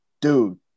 dude